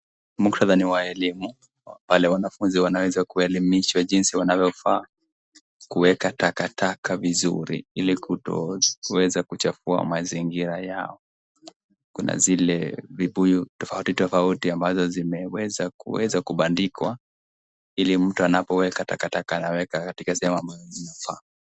Muktadha ni wa elimu pale wanafunzi wanaweza kuelimishwa jinsi wanavyofaa kuweka takataka vizuri ili kutoweze kuchafua mazingira yao. Kuna zile vibuyu tofauti tofauti ambazo zimeweza kuweza kubandikwa ili mtu anapoweka takataka anaweka katika sehemu ambayo inafaa.